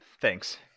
Thanks